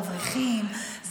אברכים,